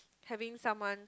having someone